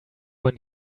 when